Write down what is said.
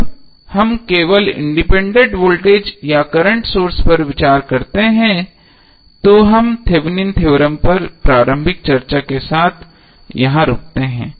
जब हम केवल इंडिपेंडेंट वोल्टेज या करंट सोर्सेस पर विचार करते हैं तो हम थेवेनिन थ्योरम Thevenins theorem पर प्रारंभिक चर्चा के साथ यहां रुकते हैं